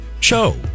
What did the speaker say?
show